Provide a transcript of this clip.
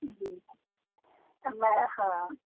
जी मां हा